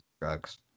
drugs